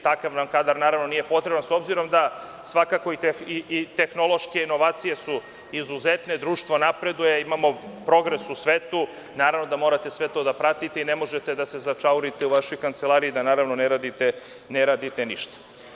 Takav nam kadar, naravno, nije potreban s obzirom da i tehnološke inovacije su izuzetne, društvo napreduje, imamo progres u svetu i naravno da morate sve to da pratite i ne možete da se začaurite u vašoj kancelariji i da ne radite ništa.